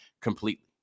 completely